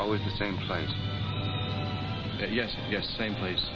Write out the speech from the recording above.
always the same size yes yes same place